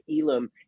Elam